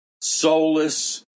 soulless